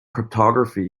cryptography